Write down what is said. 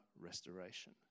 restoration